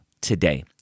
today